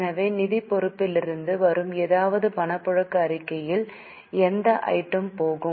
எனவே நிதிப் பொறுப்பிலிருந்து வரும் ஏதாவது பணப்புழக்க அறிக்கையில் எந்த ஐட்டம் போகும்